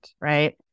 Right